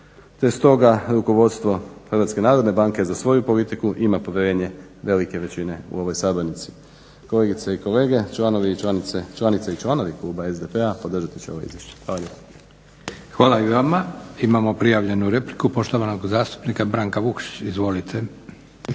te stoga rukovodstvo HNB-a za svoju politiku ima povjerenje velike većine u ovoj sabornici. Kolegice i kolege, članovi i članice, članice i članovi kluba SDP-a podržati će ova izvješća. Hvala lijepo. **Leko, Josip (SDP)** Hvala i vama. Imamo prijavljenu repliku poštovanog zastupnika Branka Vukšića. Izvolite.